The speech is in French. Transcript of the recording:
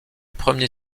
premier